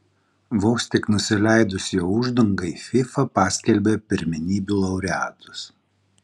vos tik nusileidus jo uždangai fifa paskelbė pirmenybių laureatus